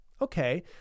Okay